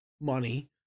money